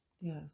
Yes